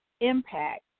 impact